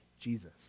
Jesus